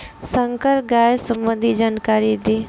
संकर गाय संबंधी जानकारी दी?